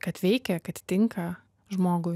kad veikė kad tinka žmogui